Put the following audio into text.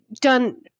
done